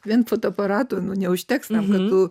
vien fotoaparato nu neužteks tam kad tu